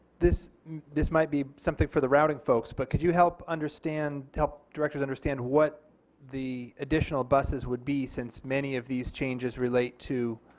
this this might be something for the routing folks but could you help understand, help directors understand what the additional buses would be since many of these changes relate to